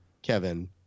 Kevin